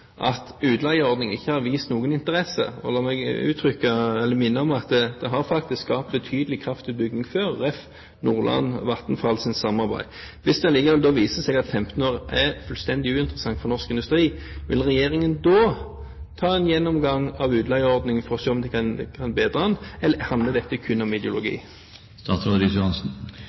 at utleieordningen ikke har gitt noen interesse – la meg minne om at det faktisk har skapt betydelig kraftutbygging før, jf. Nordland og Vattenfalls samarbeid – og at 15 år er fullstendig uinteressant for norsk industri, vil regjeringen da ta en gjennomgang av utleieordningen for å se om de kan bedre den? Eller handler dette kun om